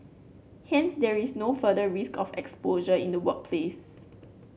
hence there is no further risk of exposure in the workplace